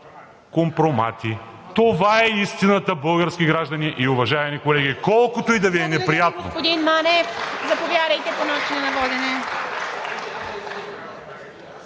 компромати! Това е истината, български граждани и уважаеми колеги, колкото и да Ви е неприятно!